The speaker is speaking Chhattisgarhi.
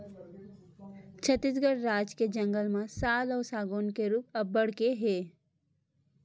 छत्तीसगढ़ राज के जंगल म साल अउ सगौन के रूख अब्बड़ के हे